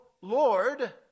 Lord